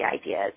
ideas